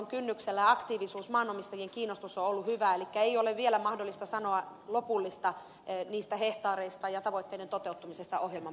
aktiivisuus ja maanomistajien kiinnostus on ollut hyvää elikkä ei ole vielä mahdollista sanoa lopullista niistä hehtaareista ja tavoitteiden toteutumisesta ohjelman